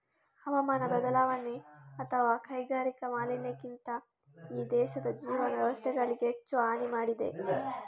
ಹವಾಮಾನ ಬದಲಾವಣೆ ಅಥವಾ ಕೈಗಾರಿಕಾ ಮಾಲಿನ್ಯಕ್ಕಿಂತ ಈ ದೇಶದ ಜೀವನ ವ್ಯವಸ್ಥೆಗಳಿಗೆ ಹೆಚ್ಚು ಹಾನಿ ಮಾಡಿದೆ